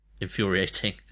infuriating